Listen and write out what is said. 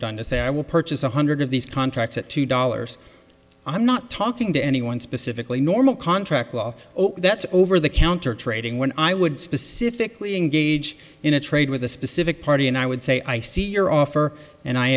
done to say i will purchase one hundred of these contracts at two dollars i'm not talking to anyone specifically normal contract law that's over the counter trading when i would specifically engage in a trade with a specific party and i would say i see your offer and i